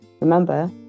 Remember